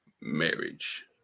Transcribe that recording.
marriage